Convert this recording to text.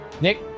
Nick